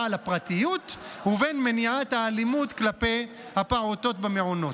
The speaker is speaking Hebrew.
על הפרטיות ובין מניעת האלימות כלפי הפעוטות במעונות.